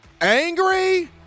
angry